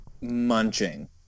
munching